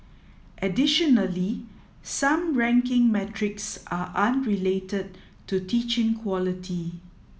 additionally some ranking metrics are unrelated to teaching quality